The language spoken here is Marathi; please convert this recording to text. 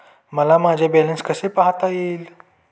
मला माझे बॅलन्स कसे पाहता येईल?